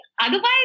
Otherwise